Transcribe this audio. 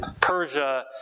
Persia